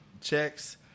Checks